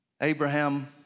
Abraham